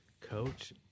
Coach